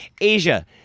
Asia